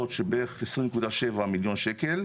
של בערך עשרים נקודה שבע מיליון שקל.